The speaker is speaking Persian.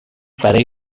برای